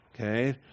okay